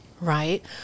right